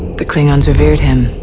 the klingons revered him,